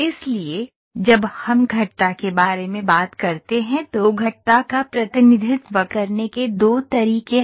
इसलिए जब हम घटता के बारे में बात करते हैं तो घटता का प्रतिनिधित्व करने के दो तरीके हैं